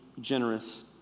generous